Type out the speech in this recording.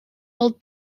wel